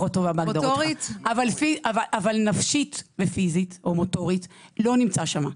אבל נפשית ופיסית או מוטורית לא נמצא שם,